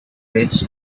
rich